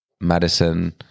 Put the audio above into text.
Madison